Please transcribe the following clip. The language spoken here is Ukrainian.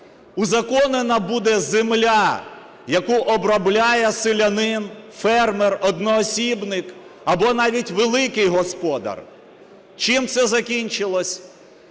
узаконена буде земля, яку обробляє селянин, фермер, одноосібник або навіть великий господар. Чим це закінчилось?